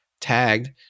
tagged